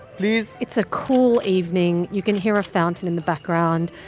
please it's a cool evening. you can hear a fountain in the background.